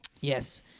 Yes